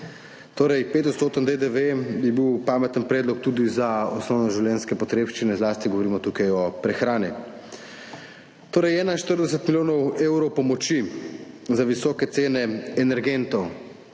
Torej, 5-% DDV bi bil pameten predlog tudi za osnovne življenjske potrebščine, zlasti govorimo tukaj o prehrani. Vlada je torej namenila 41 milijonov evrov pomoči za visoke cene energentov.